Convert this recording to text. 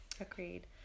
Agreed